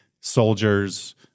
soldiers